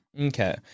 Okay